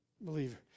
Believer